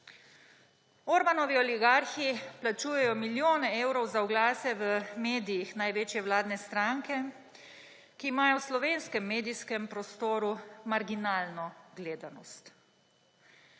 Orbanovi oligarhi plačujejo milijone evrov za oglase v medijih največje vladne stranke, ki imajo v slovenskem medijskem prostoru marginalno gledanost.